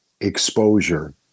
exposure